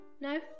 No